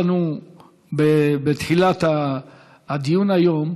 בתחילת הדיון היום